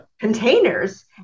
containers